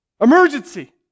Emergency